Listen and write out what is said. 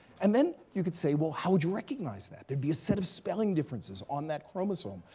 and then, you could say, well, how would you recognize that? there'd be a set of spelling differences on that chromosome,